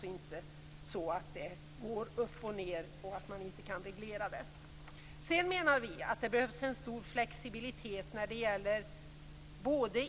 Sedan behövs det en stor flexibilitet både när det gäller